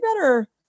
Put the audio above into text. better